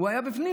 הוא היה בפנים.